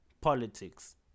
politics